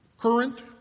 current